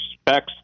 specs